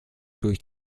durch